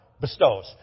bestows